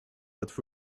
but